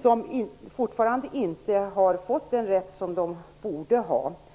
som fortfarande inte har fått den rätt som de borde ha fått.